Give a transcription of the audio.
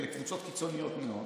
לקבוצות קיצוניות מאוד,